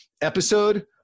episode